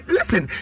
Listen